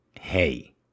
Hey